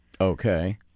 okay